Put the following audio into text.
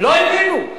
לא הבינו.